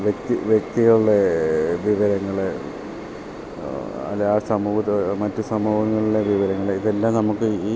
വ്യക്തി വ്യക്തികളുടെ വിവരങ്ങൾ അല്ലേ ആ സമൂഹത്തെ മറ്റ് സമൂഹങ്ങളിലെ വിവരങ്ങൾ ഇതെല്ലാം നമുക്ക് ഈ